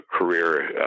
career